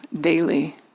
daily